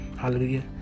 Hallelujah